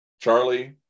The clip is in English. charlie